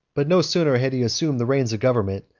but no sooner had he assumed the reins of government,